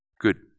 Good